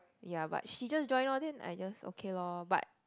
ya but she just join lor then I just okay lor but